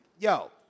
Yo